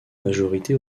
majorité